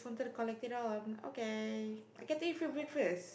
got to collect it all I'm okay I getting free breakfast